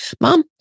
mom